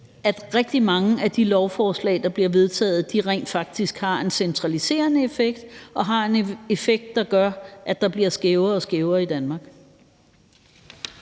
at rigtig mange af de lovforslag, der bliver vedtaget, rent faktisk har en centraliserende effekt, og at de har en effekt, der gør, at Danmark bliver skævere og skævere. Kl.